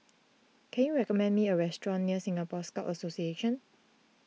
can you recommend me a restaurant near Singapore Scout Association